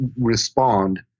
respond